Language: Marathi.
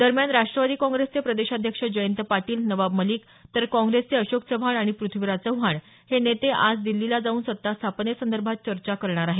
दरम्यान राष्ट्रवादी काँग्रेसचे प्रदेशाध्यक्ष जयंत पाटील नवाब मलिक तर काँग्रेसचे अशोक चव्हाण आणि पृथ्वीराज चव्हाण हे नेते आज दिल्लीला जाऊन सत्ता स्थापनेसंदर्भात चर्चा करणार आहेत